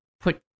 put